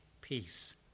peace